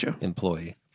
employee